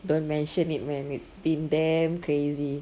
don't mention it man it's been damn crazy